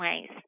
ways